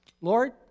Lord